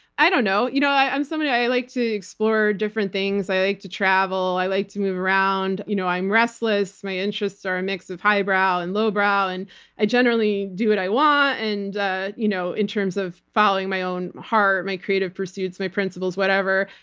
i don't know. you know i'm somebody. i like to explore different things, i like to travel, i like to move around. you know i'm restless. my interests are a mix of highbrow and lowbrow. and i generally do what i want, and ah you know in terms of following my own heart, my creative pursuits, my principles, whatever.